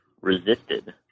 resisted